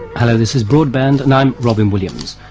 hello, this is broadband and i'm robyn williams.